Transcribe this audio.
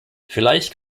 vielleicht